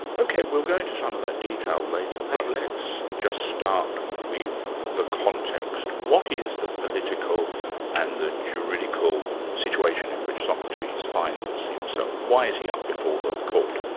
ok, we'll go into some of that detail later, but let's just start with the context. what is the political and the juridical situation in which socrates finds himself? why is he up before the court?